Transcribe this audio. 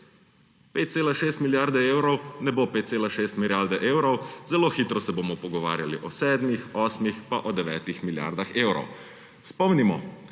5,6 milijarde evrov ne bo 5,6 milijarde evrov, zelo hitro se bomo pogovarjali o sedmih osmih, pa o devetih milijardah evrov. Spomnimo,